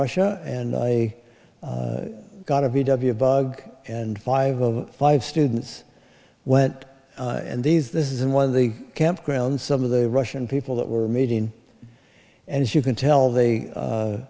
russia and i got a v w bug and five of five students went and these this is in one of the campground some of the russian people that were meeting and as you can tell they